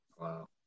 Wow